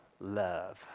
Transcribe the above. love